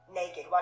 naked